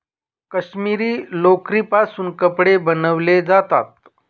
काश्मिरी लोकरीपासून कपडे बनवले जातात